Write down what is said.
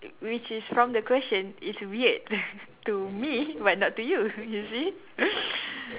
which is from the question it's weird to me but not to you you see